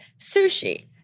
sushi